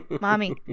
Mommy